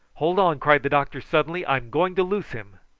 hold on! cried the doctor suddenly. i'm going to loose him.